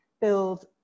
build